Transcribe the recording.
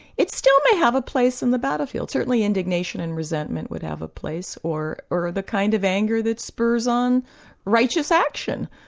it still may have a place in the battlefield. certainly indignation and resentment would have a place or of the kind of anger that spurs on righteous action.